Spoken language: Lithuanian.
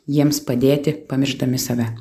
jiems padėti pamiršdami save